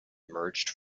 emerged